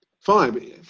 Fine